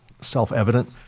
self-evident